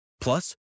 Plus